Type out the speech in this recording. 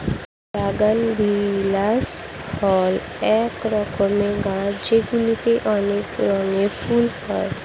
বাগানবিলাস হল এক রকমের গাছ যেগুলিতে অনেক রঙের ফুল হয়